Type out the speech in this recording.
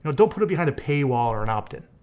but don't put it behind a paywall or and opt in.